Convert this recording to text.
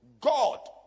God